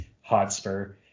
Hotspur